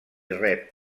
rep